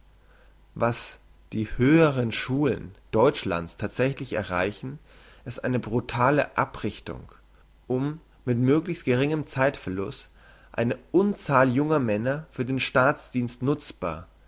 was die höheren schulen deutschlands thatsächlich erreichen das ist eine brutale abrichtung um mit möglichst geringem zeitverlust eine unzahl junger männer für den staatsdienst nutzbar